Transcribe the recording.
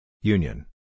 Union